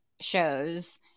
shows